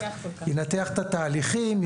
ינתח את התהליכים,